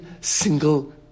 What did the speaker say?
single